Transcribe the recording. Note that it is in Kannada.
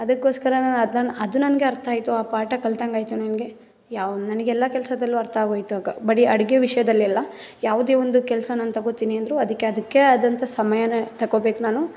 ಅದಕ್ಕೋಸ್ಕರ ನಾನು ಅದು ನನ್ನ ಅದು ನನಗೆ ಅರ್ಥ ಆಯ್ತು ಆ ಪಾಠ ಕಲ್ತಂಗೆ ಆಯಿತು ನನಗೆ ಯಾವ ನನಗೆಲ್ಲ ಕೆಲಸದಲ್ಲು ಅರ್ಥ ಆಗೋಯ್ತು ಆಗ ಬರೀ ಅಡುಗೆ ವಿಷಯದಲ್ಲಿ ಅಲ್ಲ ಯಾವುದೇ ಒಂದು ಕೆಲಸ ನಾನು ತಗೊಳ್ತೀನಿ ಅಂದರು ಅದಕ್ಕೆ ಅದಕ್ಕೆ ಆದಂಥ ಸಮಯನ ತಗೊಳ್ಬೇಕು ನಾನು